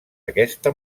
aquesta